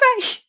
bye